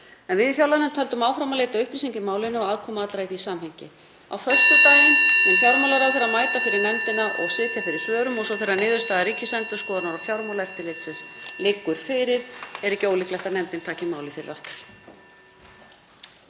Við í fjárlaganefnd höldum áfram að leita upplýsinga í málinu og um aðkomu allra í því samhengi. Á föstudaginn mun fjármálaráðherra mæta fyrir nefndina og sitja fyrir svörum og svo þegar niðurstaða Ríkisendurskoðunar og Fjármálaeftirlits liggur fyrir er ekki ólíklegt að nefndin taki málið fyrir aftur.